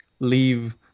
leave